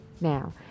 Now